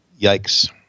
yikes